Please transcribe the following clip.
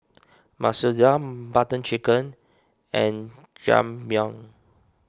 Masoor Dal Butter Chicken and Jajangmyeon